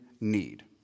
need